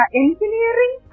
engineering